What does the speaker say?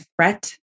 threat